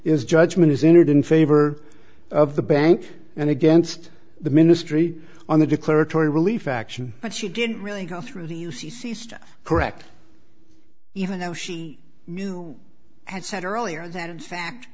is judgement is entered in favor of the bank and against the ministry on the declaratory relief action but she didn't really go through the u c c stuff correct even though she knew had said earlier that in fact